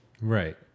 Right